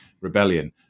Rebellion